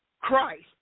Christ